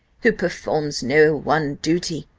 who performs no one duty,